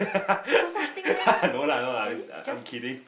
got such thing meh but this is just